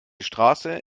straße